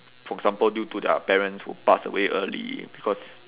for example due to their parents who passed away early because